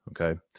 okay